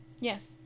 Yes